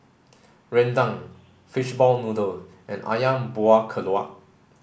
Rendang fishball noodle and Ayam Buah Keluak